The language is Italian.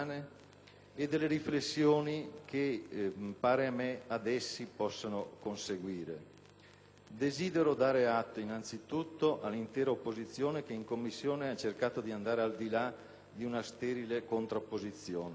e delle riflessioni che, pare a me, ad essi possano conseguire. Desidero dare atto, innanzitutto, all'intera opposizione, che in Commissione ha cercato di andare al di là di una sterile contrapposizione.